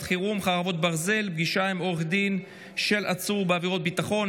חירום (חרבות ברזל) (פגישה עם עורך דין של עצור בעבירת ביטחון),